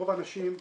רוב האנשים,